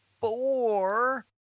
four